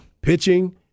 Pitching